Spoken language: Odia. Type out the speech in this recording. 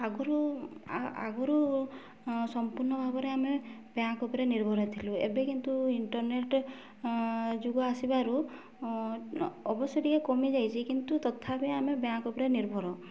ଆଗରୁ ଆଗରୁ ସମ୍ପୂର୍ଣ୍ଣ ଭାବରେ ଆମେ ବ୍ୟାଙ୍କ ଉପରେ ନିର୍ଭର ହେଇଥିଲୁ ଏବେ କିନ୍ତୁ ଇଣ୍ଟରନେଟ୍ ଯୁଗ ଆସିବାରୁ ଅବଶ୍ୟ ଟିକେ କମିଯାଇଚି କିନ୍ତୁ ତଥାପି ଆମେ ବ୍ୟାଙ୍କ ଉପରେ ନିର୍ଭର